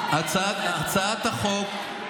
הצעת החוק,